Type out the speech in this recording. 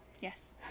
Yes